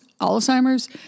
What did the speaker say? Alzheimer's